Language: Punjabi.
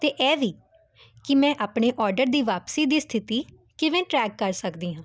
ਅਤੇ ਇਹ ਵੀ ਕਿ ਮੈਂ ਆਪਣੇ ਆਰਡਰ ਦੀ ਵਾਪਸੀ ਦੀ ਸਥਿਤੀ ਕਿਵੇਂ ਟਰੈਕ ਕਰ ਸਕਦੀ ਹਾਂ